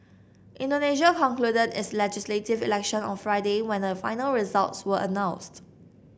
Indonesia concluded its legislative election on Friday when the final results were announced